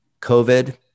COVID